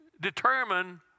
Determine